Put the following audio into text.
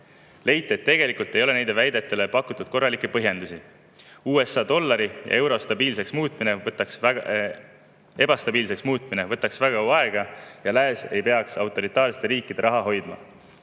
et tegelikult ei ole neile väidetele pakutud korralikke põhjendusi. USA dollari ja euro ebastabiilseks muutmine võtaks väga kaua aega ning lääs ei peaks autoritaarsete riikide raha hoidma.